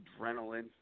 adrenaline